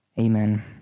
Amen